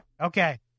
Okay